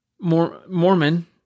Mormon